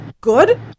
good